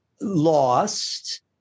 lost